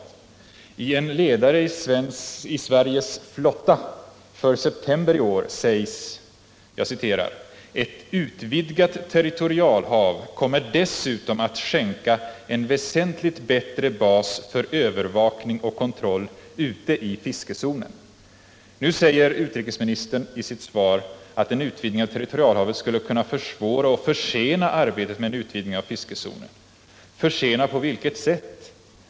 I en ledare i Sveriges Flotta för september i år sägs: ”Ett utvidgat territorialhav kommer dessutom att skänka en väsentligt bättre bas för övervakning och kontroll ute i fiskezonen.” Nu säger utrikesministern i sitt svar att en utvidgning av territorialhavet skulle kunna försvåra och försena arbetet med en utvidgning av fiskezonen. Försena — på vilket sätt?